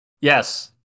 Yes